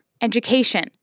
education